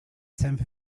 tenth